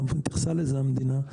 והתייחסה לזה המדינה,